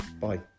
Bye